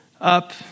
up